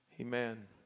amen